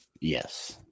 Yes